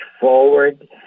forward